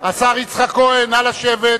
השר יצחק כהן, נא לשבת.